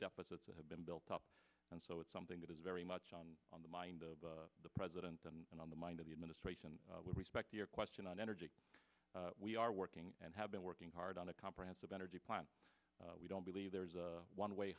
deficits that have been built up and so it's something that is very much on on the mind of the president and on the mind of the administration with respect to your question on energy we are working and have been working hard on a comprehensive energy plan we don't believe there is a one way